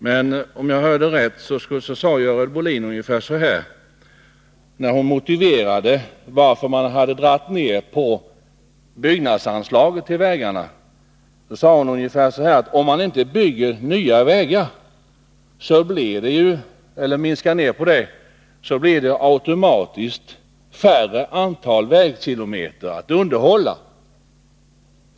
Men om jag hörde rätt, sade Görel Bohlin ungefär så här, när hon motiverade förslaget att minska anslaget till byggande av vägar: Om man drar ned byggandet av nya vägar så blir det automatiskt färre antal vägkilometer att underhålla.